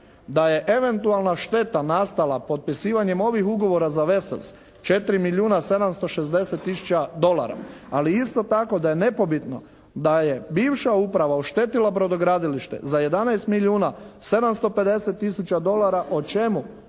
da je eventualna šteta nastala potpisivanjem ovih ugovora za "Vesels", 4 milijuna 760 dolara. Ali isto tako da je nepobitno da je bivša uprava oštetila brodogradilište za 11 milijuna 750 dolara o čemu